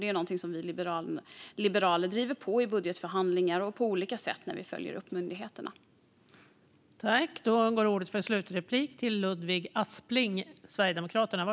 Det är någonting som vi liberaler driver på för i budgetförhandlingar och på olika sätt när vi följer upp myndigheternas arbete.